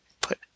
Put